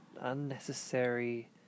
unnecessary